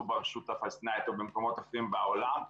ברשות הפלסטינית או במקומות אחרים בעולם.